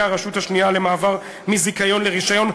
הרשות השנייה למעבר מזיכיון לרישיון,